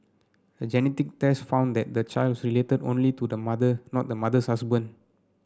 a genetic test found that the child was related only to the mother not the mother's husband